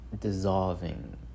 dissolving